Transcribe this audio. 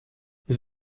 this